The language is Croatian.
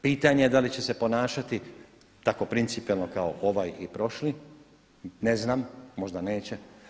Pitanje je da li će se ponašati tako principijelno kao ovaj i prošli, ne znam, možda neće.